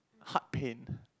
heart pain